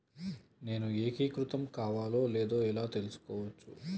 నేను ఏకీకృతం కావాలో లేదో ఎలా తెలుసుకోవచ్చు?